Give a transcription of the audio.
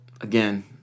again